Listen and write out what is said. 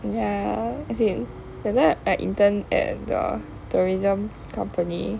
ya as in that time I intern at the tourism company